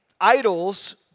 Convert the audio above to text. idols